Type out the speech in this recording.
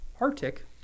Arctic